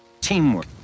Teamwork